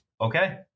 Okay